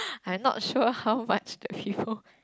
I'm not sure how much of you